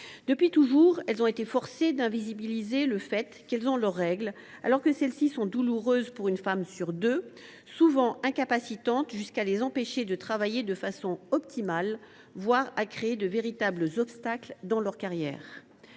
Depuis toujours, elles ont été forcées d’invisibiliser le fait qu’elles ont leurs règles, alors même que celles ci sont douloureuses pour une femme sur deux et souvent incapacitantes, jusqu’à les empêcher de travailler de façon optimale, voire créer de véritables obstacles dans leur carrière.